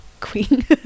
queen